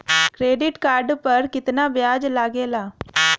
Credit card पर कितना ब्याज लगेला?